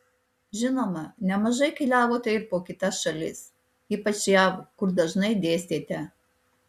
žinoma nemažai keliavote ir po kitas šalis ypač jav kur dažnai dėstėte